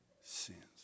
sins